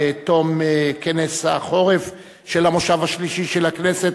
בתום כנס החורף של המושב השלישי של הכנסת,